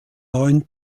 neun